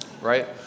Right